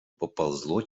поползло